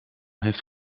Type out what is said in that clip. heeft